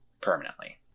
permanently